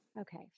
Okay